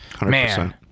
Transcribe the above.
Man